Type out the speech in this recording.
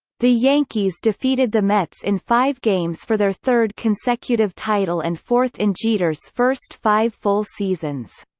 the yankees defeated the mets in five games for their third consecutive title and fourth in jeter's first five full seasons.